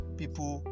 people